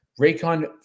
Raycon